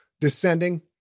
descending